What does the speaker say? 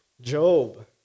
Job